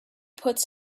puts